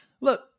Look